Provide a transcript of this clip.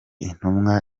intumwa